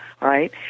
right